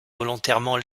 volontairement